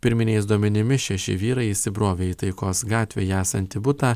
pirminiais duomenimis šeši vyrai įsibrovė į taikos gatvėje esantį butą